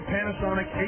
Panasonic